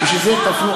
בשביל זה תפנו,